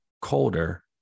colder